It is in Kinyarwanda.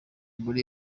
muri